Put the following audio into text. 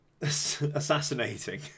Assassinating